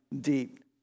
deep